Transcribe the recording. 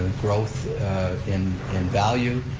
growth in in value,